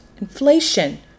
inflation